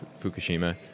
Fukushima